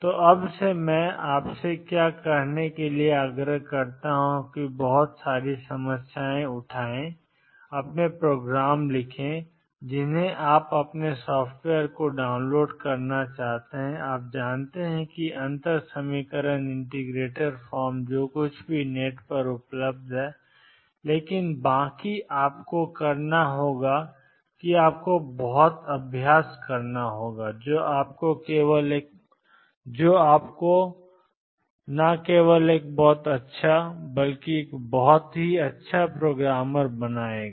तो अब से मैं आपसे क्या करने के लिए आग्रह करूंगा कि बहुत सारी समस्याएं उठाएं अपने प्रोग्राम लिखें जिन्हें आप अपने सॉफ़्टवेयर को डाउनलोड करना चाहते हैं आप जानते हैं कि अंतर समीकरण इंटीग्रेटर फॉर्म जो कुछ भी नेट पर उपलब्ध है लेकिन बाकी आपको करना होगा करते हैं और आपको बहुत अभ्यास करना होता है जो आपको केवल एक बहुत अच्छा प्रोग्रामर बनाता है